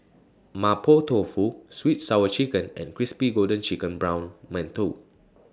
Mapo Tofu Sweet Sour Chicken and Crispy Golden Chicken Brown mantou